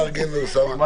מה